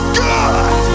good